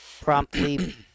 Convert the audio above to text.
promptly